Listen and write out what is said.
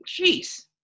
Jeez